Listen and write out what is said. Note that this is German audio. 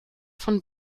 von